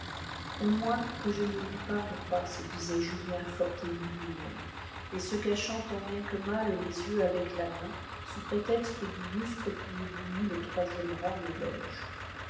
se disait julien fort ému lui-même et se cachant tant bien que mal les yeux avec la main sous prétexte du lustre qui éblouit le troisième rang de loges